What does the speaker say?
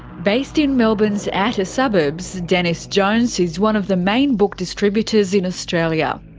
based in melbourne's outer suburbs, dennis jones is one of the main book distributors in australia.